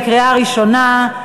קריאה ראשונה.